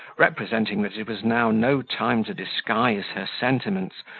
representing that it was now no time to disguise her sentiments,